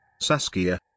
Saskia